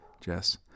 Jess